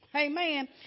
Amen